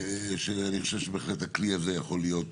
אני חושב שבהחלט הכלי זה יכול להיות